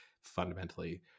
fundamentally